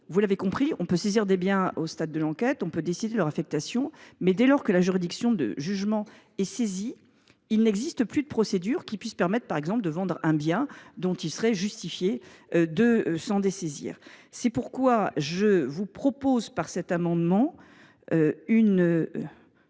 vous l’avez compris, la saisie des biens intervient au stade de l’enquête, tout comme la décision de leur affectation. Toutefois, dès lors que la juridiction de jugement est saisie, il n’existe plus de procédure qui puisse permettre, par exemple, de vendre un bien dont il serait justifié de se dessaisir. C’est pourquoi je vous propose, par cet amendement –